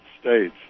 States